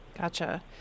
Gotcha